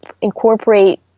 incorporate